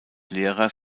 lehrers